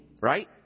Right